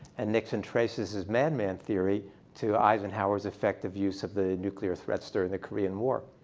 and nixon traces his madman theory to eisenhower's effective use of the nuclear threats during the korean war.